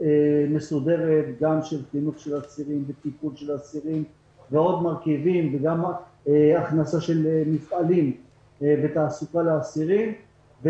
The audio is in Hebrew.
מסודרת לגבי חינוך וטיפול באסירים והכנסה של מפעלים ותעסוקה לאסירים,